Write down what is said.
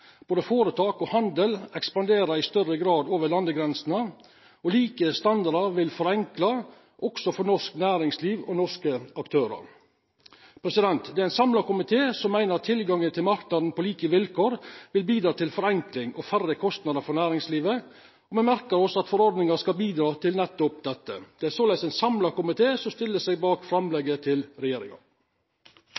Både føretak og handel ekspanderer i større grad over landegrensene, og like standardar vil forenkla, også for norsk næringsliv og norske aktørar. Det er ein samla komité som meiner at tilgang til marknaden på like vilkår vil bidra til forenkling og færre kostnader for næringslivet, og me merkar oss at forordninga skal bidra til nettopp dette. Det er såleis ein samla komité som stiller seg bak